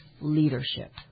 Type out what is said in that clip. leadership